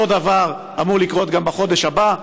אותו דבר אמור לקרות גם בחודש הבא,